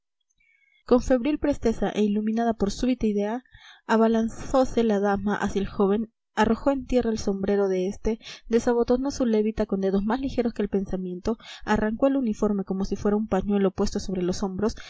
con febril presteza e iluminada por súbita idea abalanzose la dama hacia el joven arrojó en tierra el sombrero de este desabotonó su levita con dedos más ligeros que el pensamiento arrancó el uniforme como si fuera un pañuelo puesto sobre los hombros